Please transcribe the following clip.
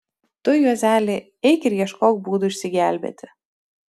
tu juozeli eik ir ieškok būdų išsigelbėti